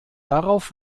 darauf